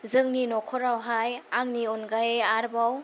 जोंनि नखरावहाय आंनि अनगायै आरोबाव